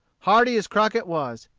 hardy as crockett was,